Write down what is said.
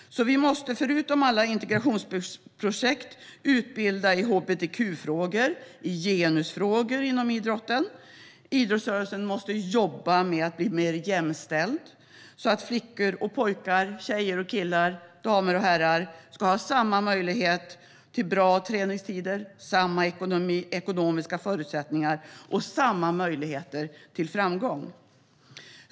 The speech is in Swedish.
Vi måste förutom alla integrationsprojekt utbilda i hbtq-frågor och genusfrågor inom idrotten. Idrottsrörelsen måste jobba på att bli mer jämställd så att flickor och pojkar, tjejer och killar, damer och herrar, ska ha samma möjlighet till bra träningstider, samma ekonomiska förutsättningar och samma möjlighet till framgång.